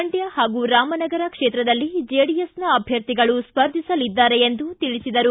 ಮಂಡ್ಯ ಹಾಗೂ ರಾಮನಗರ ಕ್ಷೇತ್ರದಲ್ಲಿ ಜೆಡಿಎಸ್ನ ಅಭ್ಯರ್ಥಿಗಳು ಸ್ಪರ್ಧಿಸಲಿದ್ದಾರೆ ಎಂದು ತಿಳಿಸಿದರು